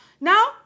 Now